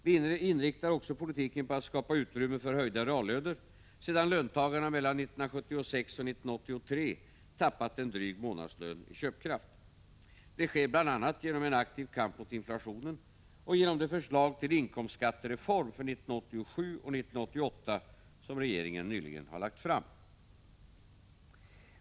Vi inriktar också politiken på att skapa utrymme för höjda reallöner, sedan löntagarna mellan 1976 och 1983 tappat en dryg månadslön i köpkraft. Det sker bl.a. genom en aktiv kamp mot inflationen och genom det förslag till inkomstskattereform för 1987 och 1988 som regeringen nyligen lagt fram.